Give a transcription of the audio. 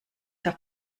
der